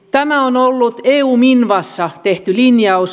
tämä on ollut eu minvassa tehty linjaus